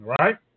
right